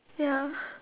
ya